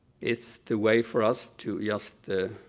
it's the way for us to just